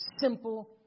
simple